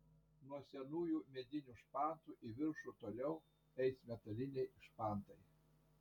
nuo senųjų medinių špantų į viršų toliau eis metaliniai špantai